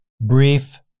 brief